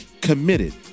committed